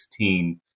2016